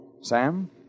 Sam